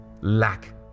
lack